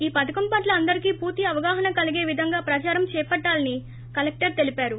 ఈ పథకం పట్ల అందరికీ పూర్తి అవగాహన కలిగే విధంగా ప్రదారం చేపట్టాలని కలెక్టర్ తెలిపారు